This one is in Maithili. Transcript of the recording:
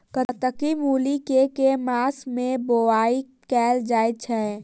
कत्की मूली केँ के मास मे बोवाई कैल जाएँ छैय?